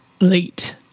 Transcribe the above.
Late